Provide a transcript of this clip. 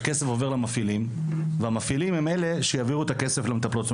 הכסף עובר למפעילים והפעילים הם אלה שיביאו את הכסף למטפלות,